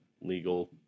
legal